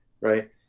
right